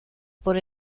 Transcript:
por